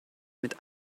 mit